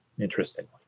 interestingly